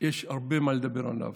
יש הרבה מה לדבר עליו,